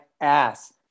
ass